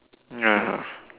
ya